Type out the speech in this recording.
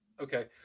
Okay